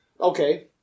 Okay